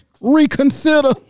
Reconsider